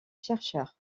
chercheurs